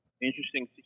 interesting